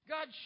God